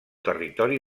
territori